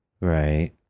right